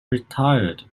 retired